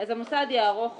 המוסד יערוך